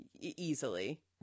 Easily